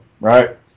right